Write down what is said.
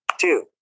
two